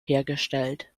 hergestellt